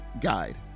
guide